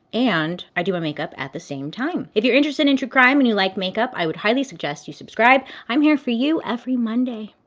and i do my makeup at the same time. if you're interested in true crime, and you like makeup, i would highly suggest you subscribe. i'm here for you every monday,